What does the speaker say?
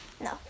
No